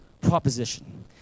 proposition